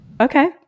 okay